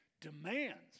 demands